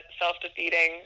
self-defeating